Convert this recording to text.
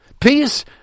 Peace